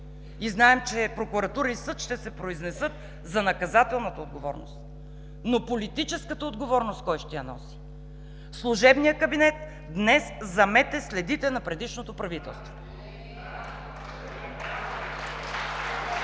и знаем, че прокуратура и съд ще се произнесат за наказателната отговорност, но кой ще носи политическата отговорност? Служебният кабинет днес замете следите на предишното правителство.